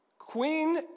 Queen